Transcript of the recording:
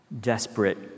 desperate